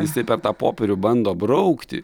jisai per tą popierių bando braukti